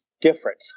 different